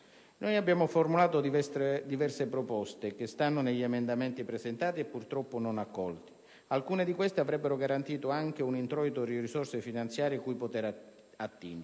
Noi abbiamo formulato diverse proposte che sono contenute negli emendamenti presentati e purtroppo non accolti. Alcune di queste avrebbero garantito anche un introito di risorse finanziarie cui poter attingere.